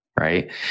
Right